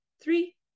three